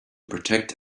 protect